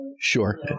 Sure